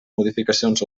modificacions